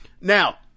Now